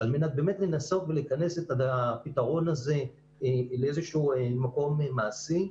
על מנת לנסות ולכנס את הפתרון הזה למקום מעשי.